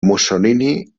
mussolini